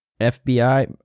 FBI